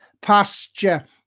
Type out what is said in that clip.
pasture